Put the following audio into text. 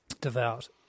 devout